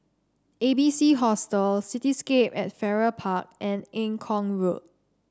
A B C Hostel Cityscape at Farrer Park and Eng Kong Road